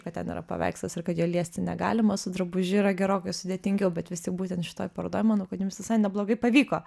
kad ten yra paveikslas ir kad jo liesti negalima su drabužiu yra gerokai sudėtingiau bet vis tik būtent šitoj parodoj manau kad jums visai neblogai pavyko